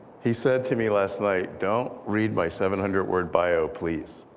he said to me last night, don't read my seven hundred word bio, please.